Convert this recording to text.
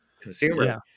consumer